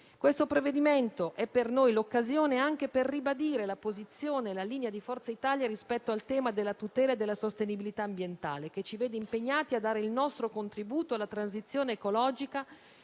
Il provvedimento è per noi anche l'occasione per ribadire la posizione e la linea di Forza Italia rispetto al tema della tutela e della sostenibilità ambientale, che ci vede impegnati a dare il nostro contributo alla transizione ecologica